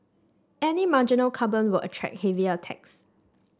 any marginal carbon will attract heavier tax